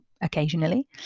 occasionally